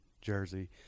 Jersey